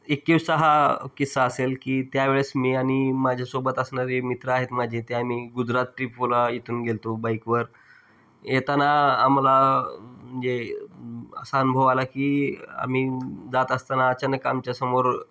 एकवीसचा हा किस्सा असेल की त्यावेळेस मी आणि माझ्यासोबत असणारे मित्र आहेत माझे ते आम्ही गुजरात ट्र्रीप वला इथून गेलतो बाईकवर येताना आम्हाला म्हणजे असा अनुभव आला की आम्ही जात असताना अचानक आमच्यासमोर